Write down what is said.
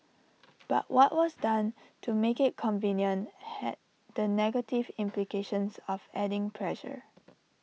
but what was done to make IT convenient had the negative implications of adding pressure